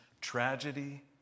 tragedy